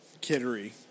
Kittery